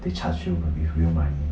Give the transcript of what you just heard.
they charge you with real money